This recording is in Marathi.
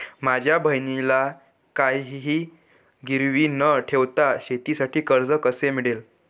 माझ्या बहिणीला काहिही गिरवी न ठेवता शेतीसाठी कर्ज कसे मिळेल?